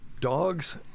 Dogs